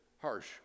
harsh